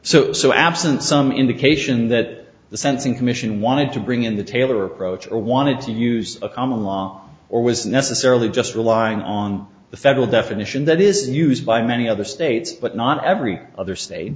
so so absent some indication that the sensing commission wanted to bring in the taylor approach or wanted to use a common law or was necessarily just relying on the federal definition that is used by many other states but not every other state